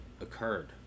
occurred